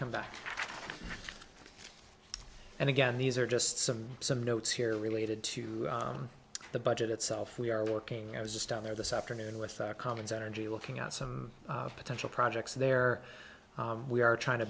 come back and again these are just some some notes here related to the budget itself we are working i was just down there this afternoon with comments energy looking at some potential projects there we are trying to